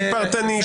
פרטני,